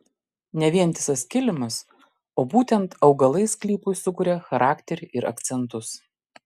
ne vientisas kilimas o būtent augalai sklypui sukuria charakterį ir akcentus